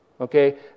Okay